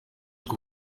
kuba